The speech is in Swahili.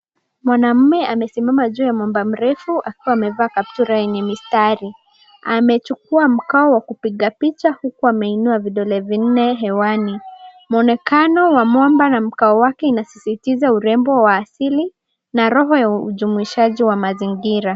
Mwanaume amesimama ju ya mwamba mrefu akiwa amevaa kaptula yenye mistari. Amechukua mkao wa kupiga picha huku ameinua vidole vinne hewani. Mwonekano wa mwamba na mkao wake inasisitiza urembo wa asili na roho ya ujumuishaji wa mazingira.